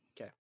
Okay